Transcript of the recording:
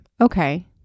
okay